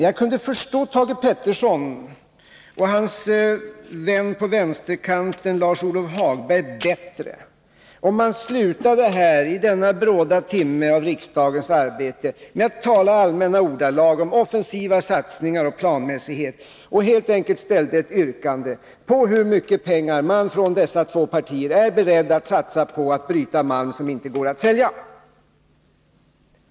Jag kunde förstå Thage Peterson och hans vän på vänsterkanten, Lars-Ove Hagberg, bättre om de slutade här, i denna bråda timme av riksdagens arbete, med att i allmänna ordalag tala om offensiva satsningar och planmässighet och om de helt enkelt ställde ett yrkande på hur mycket pengar man från dessa båda partier är beredd att satsa på att bryta malm som inte går att sälja.